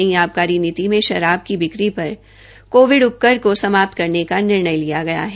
नई आबकारी नीति में शराब की बिक्री पर कोविड उपकर को समाप्त करने का निर्णय लिया गया है